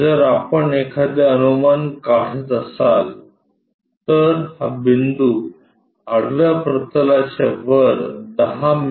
जर आपण एखादे अनुमान काढत असाल तर हा बिंदू आडव्या प्रतलाच्या वर 10 मि